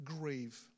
grieve